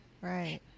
right